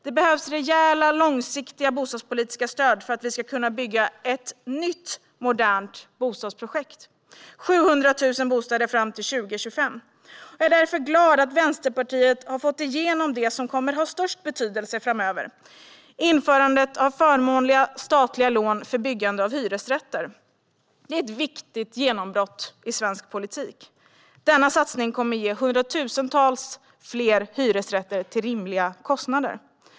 Det behövs rejäla, långsiktiga bostadspolitiska stöd för att vi ska kunna bygga ett nytt modernt bostadsprojekt: 700 000 bostäder fram till 2025. Jag är därför glad att Vänsterpartiet har fått igenom det som kommer att ha störst betydelse framöver: införandet av förmånliga statliga lån för byggande av hyresrätter. Det är ett viktigt genombrott i svensk politik. Denna satsning kommer att ge hundratusentals fler hyresrätter till rimliga kostnader.